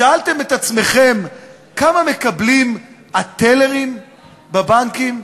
שאלתם את עצמכם כמה מקבלים הטלרים בבנקים?